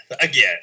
again